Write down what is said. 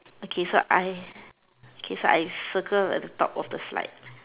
okay so I okay so I circle at the top of the slide